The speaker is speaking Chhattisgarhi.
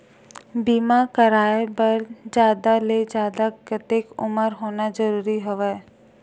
बीमा कराय बर जादा ले जादा कतेक उमर होना जरूरी हवय?